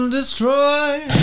Destroy